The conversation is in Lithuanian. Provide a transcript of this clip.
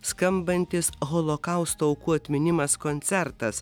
skambantis holokausto aukų atminimas koncertas